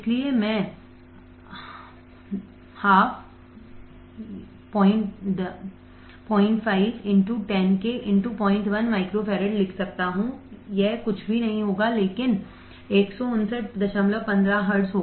इसलिए मैं ½10k01 microfarad लिख सकता हूं यह कुछ भी नहीं होगा लेकिन 15915 हर्ट्ज